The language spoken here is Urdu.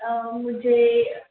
مجھے